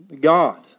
God